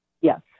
Yes